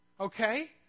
Okay